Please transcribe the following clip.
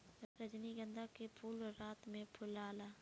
रजनीगंधा के फूल रात में फुलाला